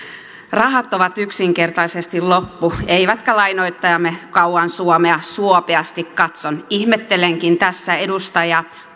rahat ovat yksinkertaisesti loppu eivätkä lainoittajamme kauan suomea suopeasti katso ihmettelenkin tässä edustaja